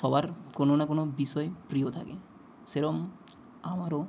সবার কোনো না কোনো বিষয়ে প্রিয় থাকে সেরকম আমারও